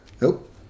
Nope